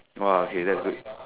!wah! okay that's good